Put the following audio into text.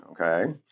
okay